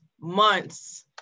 months